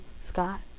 Scott